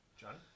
Johnny